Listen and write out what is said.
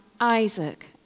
Isaac